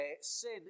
sin